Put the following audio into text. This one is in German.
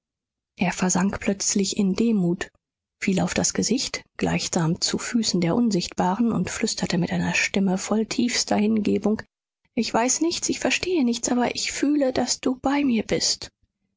er versank plötzlich in demut fiel auf das gesicht gleichsam zu füßen der unsichtbaren und flüsterte mit einer stimme voll tiefster hingebung ich weiß nichts ich verstehe nichts aber ich fühle daß du bei mir bist